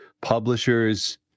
publishers